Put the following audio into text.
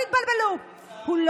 חוק-יסוד: הכנסת.